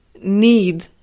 need